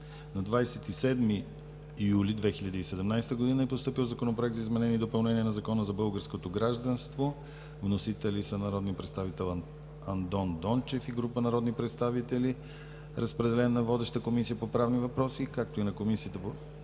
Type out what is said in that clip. На 27 юли 2017 г. е постъпил Законопроект за изменение и допълнение на Закона за българското гражданство. Вносители са: народният представител Андон Дончев и група народни представители. Разпределен е на водещата Комисия по правни въпроси, както и на Комисията по